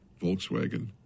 Volkswagen